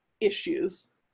issues